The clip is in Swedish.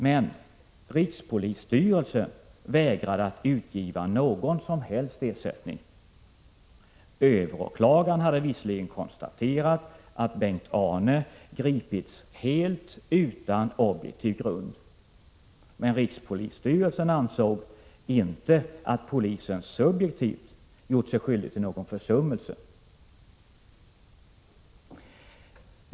Men rikspolisstyrelsen vägrade att utgiva någon som helst ersättning. Överåklagaren hade visserligen konstaterat att Bengt Arne gripits helt utan objektiv grund, men rikspolisstyrelsen ansåg inte att polisen subjektivt gjort sig skyldig till någon försummelse.